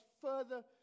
further